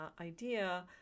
idea